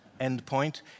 endpoint